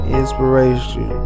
inspiration